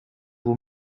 vous